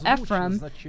Ephraim